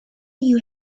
you